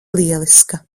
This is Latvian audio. lieliska